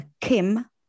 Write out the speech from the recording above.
Kim